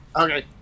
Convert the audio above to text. Okay